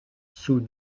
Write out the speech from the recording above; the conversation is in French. sous